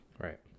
Right